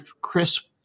crisp